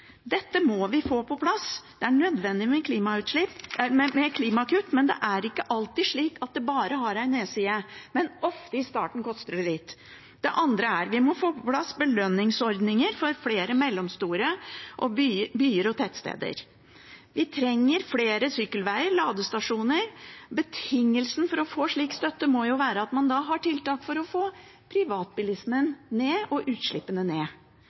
Dette må vi få på plass. Det er nødvendig med klimakutt. Det er ikke alltid slik at det bare har en nedside, men det koster ofte litt i starten. Det andre er at vi må få på plass belønningsordninger for flere mellomstore byer og tettsteder. Vi trenger flere sykkelveger og ladestasjoner. Betingelsen for å få slik støtte må jo være at man har tiltak for å få privatbilismen og utslippene ned.